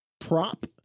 prop